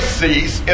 cease